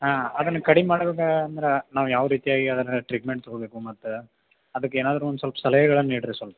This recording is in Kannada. ಹಾಂ ಅದನ್ನ ಕಡಿಮೆ ಮಾಡೋದ ಅಂದ್ರ ನಾವು ಯಾವ ರೀತಿಯಾಗಿ ಅದರ ಟ್ರೀಟ್ಮೆಂಟ್ ತಗೋಬೇಕು ಮತ್ತು ಅದಕ್ಕೆ ಏನಾದರು ಒನ್ ಸಲ್ಪ ಸಲಹೆಗಳನ್ನ ನೀಡ್ರಿ ಸೊಲ್ಪ